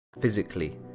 Physically